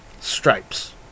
Stripes